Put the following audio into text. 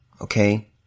Okay